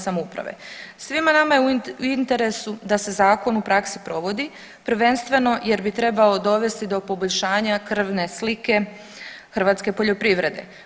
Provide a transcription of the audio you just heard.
Svima nama je u interesu da se zakon u praksi provodi prvenstveno jer bi trebao dovesti do poboljšanja krvne slike hrvatske poljoprivrede.